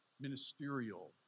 ministerial